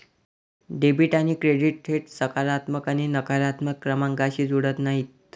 debit आणि credit थेट सकारात्मक आणि नकारात्मक क्रमांकांशी जुळत नाहीत